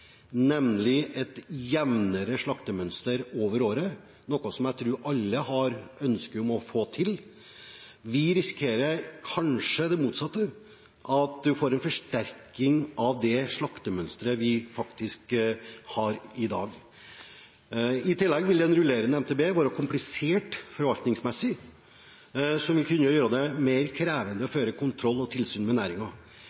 nemlig et jevnere slaktemønster over året, noe jeg tror alle har et ønske om å få til. Vi risikerer kanskje det motsatte, at vi får en forsterking av det slaktemønsteret vi har i dag. I tillegg vil en rullerende MTB være komplisert forvaltningsmessig, noe som vil kunne gjøre det mer krevende å